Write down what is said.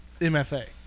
MFA